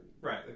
Right